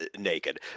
naked